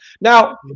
Now